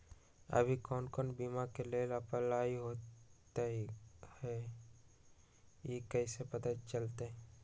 अभी कौन कौन बीमा के लेल अपलाइ होईत हई ई कईसे पता चलतई?